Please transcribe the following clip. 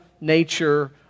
nature